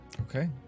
Okay